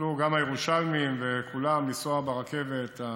יוכלו גם הירושלמים וכולם לנסוע ברכבת.